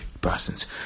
persons